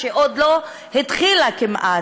שעוד לא התחילה כמעט.